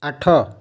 ଆଠ